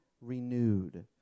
renewed